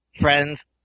friends